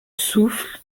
souffle